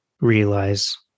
realize